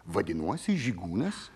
vadinuosi žygūnas